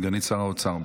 סגנית שר האוצר,